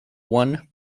one